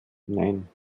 nein